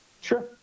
Sure